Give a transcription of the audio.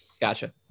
gotcha